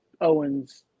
owens